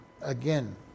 again